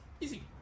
Easy